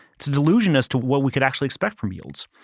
it's a delusion as to what we could actually expect from yields.